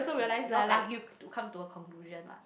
you'll argue to come to a conclusion what